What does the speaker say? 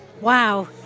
Wow